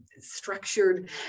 structured